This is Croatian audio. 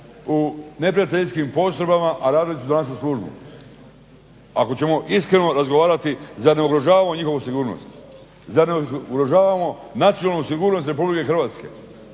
u neprijateljskim postrojbama a radili su za našu službu? Ako ćemo iskreno razgovarati zar ne ugrožavamo njihovu sigurnost? Zar ne ugrožavamo nacionalnu sigurnost RH? Tko će